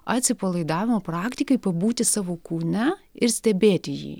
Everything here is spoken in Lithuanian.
atsipalaidavimo praktikai pabūti savo kūne ir stebėti jį